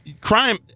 crime